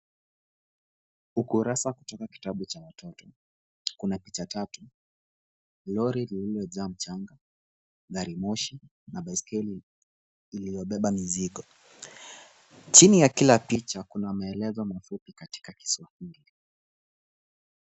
Ukurasa katika kitabu cha watoto, kuna picha tatu; lori lililojaa mchanga, gari moshi na baiskeli iliyobeba mizigo. Chini ya kila picha kuna maelezo mafupi katika kiswahili.